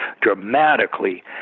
dramatically